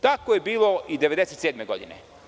Tako je bilo i 1997. godine.